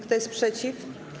Kto jest przeciw?